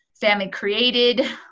family-created